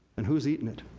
and who's eating it?